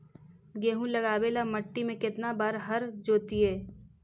गेहूं लगावेल मट्टी में केतना बार हर जोतिइयै?